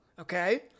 okay